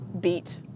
beat